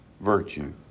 virtue